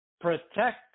protect